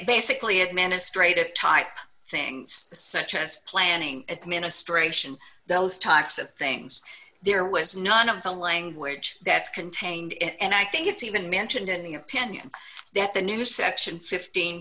basically administrative type things such as planning administration those talks of things there was none of the language that's contained and i think it's even mentioned in the opinion that the new section fifteen